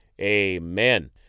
Amen